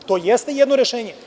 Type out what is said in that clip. To jeste jedno rešenje.